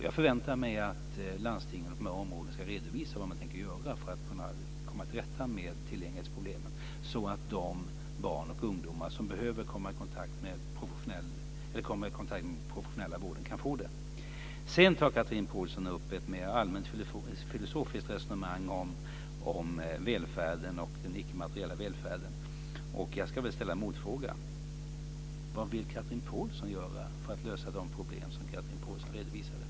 Jag förväntar mig att landstingen på dessa områden ska redovisa vad de tänker göra för att komma till rätta med tillgänglighetsproblemen, så att de barn och ungdomar som behöver komma i kontakt med den professionella vården kan få det. Sedan tar Chatrine Pålsson upp ett mer allmänfilosofiskt resonemang om välfärden och den ickemateriella välfärden. Jag ska ställa en motfråga: Vad vill Chatrine Pålsson göra för att lösa de problem som hon redovisade?